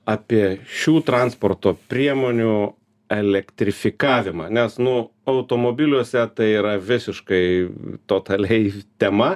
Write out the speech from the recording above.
apie šių transporto priemonių elektrifikavimą nes nu automobiliuose tai yra visiškai totaliai tema